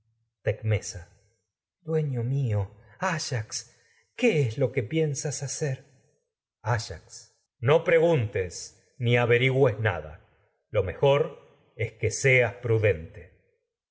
tecmesa dueño mío áyax qué es lo que pien sas hacer áyax es no preguntes ni averigües nada lo mejor que seas prudente